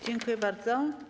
Dziękuję bardzo.